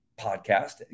podcast